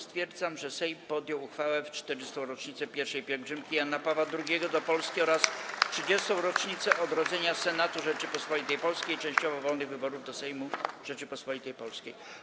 Stwierdzam, że Sejm podjął uchwałę w 40. rocznicę I pielgrzymki Jana Pawła II do Polski oraz w 30. rocznicę odrodzenia Senatu Rzeczypospolitej Polskiej i częściowo wolnych wyborów do Sejmu Rzeczypospolitej Polskiej.